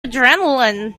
adrenaline